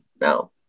no